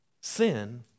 Sin